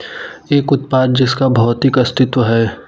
एक उत्पाद जिसका भौतिक अस्तित्व है?